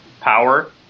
power